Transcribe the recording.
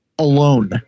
Alone